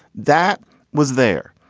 that was there.